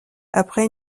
après